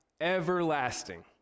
everlasting